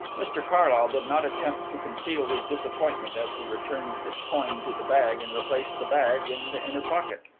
mr carlyle did not attempt to conceal his disappointment as he returned the coin to the bag and replaced the bag in the inner pocket.